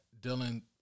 Dylan